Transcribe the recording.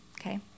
okay